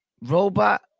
Robot